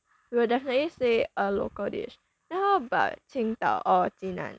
we will definitely say a local dish then how about 青岛 or 济南